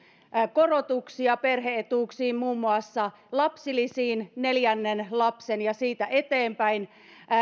korotuksia perhe etuuksiin muun muassa lapsilisiin neljännestä lapsesta ja siitä eteenpäin